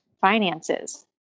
finances